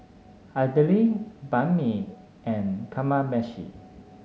Idili Banh Mi and Kamameshi